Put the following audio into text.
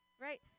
right